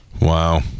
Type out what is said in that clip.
Wow